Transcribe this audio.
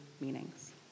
meanings